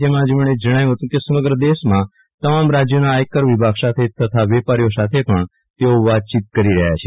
જેમા તેમણે જણાવ્યુ હતુ કે સમગ્ર દેશમાં તમામ રાજ્યોના આયકર વિભાગ સાથે તથા વેપારીઓ સાથે પણ તેઓ વાતચીત કરી રહ્યા છે